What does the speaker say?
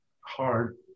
hard